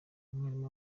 umwarimu